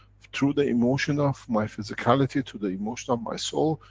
through the emotion of my physicality, to the emotion of my soul,